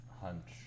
Hunch